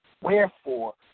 Wherefore